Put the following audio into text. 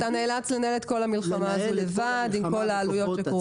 אתה נאלץ לנהל את כל המלחמה לבד עם כל העלויות שכרוכות בה.